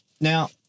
Now